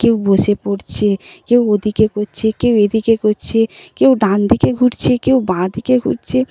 কেউ বসে পড়ছে কেউ ওদিকে করছে কেউ এদিকে করছে কেউ ডান দিকে ঘুরছে কেউ বাঁ দিকে ঘুরছে